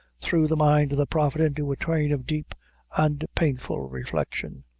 threw the mind of the prophet into a train of deep and painful reflection.